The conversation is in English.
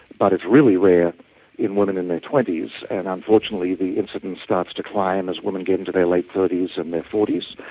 but it's really rare in women in their twenty s, and unfortunately the incidence starts to climb as women get into their late thirty s and their forty s.